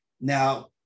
Now